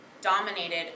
dominated